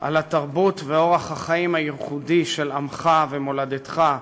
על התרבות ואורח החיים הייחודי של עמך ומולדתך,